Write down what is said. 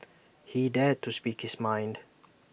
he dared to speak his mind